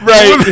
Right